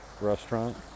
restaurant